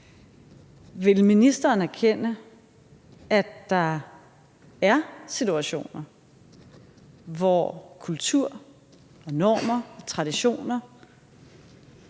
Vil ministeren erkende, at der er situationer, hvor kultur, normer og traditioner